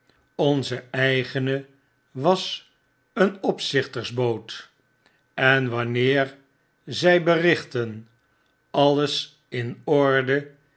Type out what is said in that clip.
onze eigene was een opzichtersboot en wanneer zij berichtten alles in orde